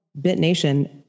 BitNation